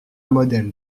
modèle